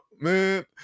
man